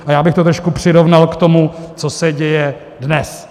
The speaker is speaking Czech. A já bych to trošku přirovnal k tomu, co se děje dnes.